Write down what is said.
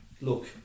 look